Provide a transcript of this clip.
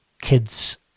kids